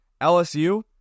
LSU